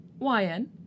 YN